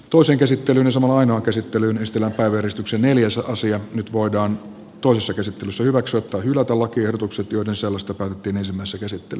toisen käsittelyn samaan käsittelyyn ristillä päivystyksen neliosaisia nyt voidaan toisessa käsittelyssä hyväksyä tai hylätä lakiehdotukset joiden sisällöstä päätettiin ensimmäisessä käsittelyssä